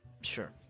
Sure